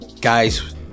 guys